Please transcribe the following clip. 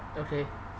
okay